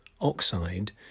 oxide